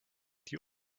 die